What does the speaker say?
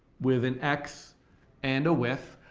with an x and a width,